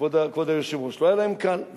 כבוד היושב-ראש, לא היה להם קל.